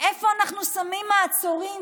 איפה אנחנו שמים מעצורים,